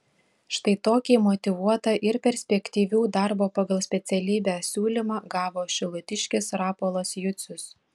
štai tokį motyvuotą ir perspektyvių darbo pagal specialybę siūlymą gavo šilutiškis rapolas jucius